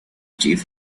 chief